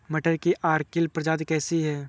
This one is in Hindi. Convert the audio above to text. मटर की अर्किल प्रजाति कैसी है?